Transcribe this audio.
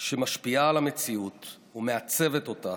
שמשפיעה על המציאות ומעצבת אותה,